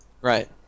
Right